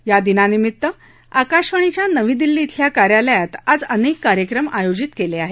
या दिनानिमित्त आकाशवाणीच्या नवी दिल्ली शिल्या कार्यालयात आज अनेक कार्यक्रम आयोजित केले आहेत